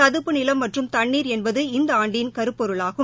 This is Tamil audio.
சதுப்பு நிலம் மற்றும் தண்ணீர் என்பது இந்த ஆண்டின் கருப்பொருளாகும்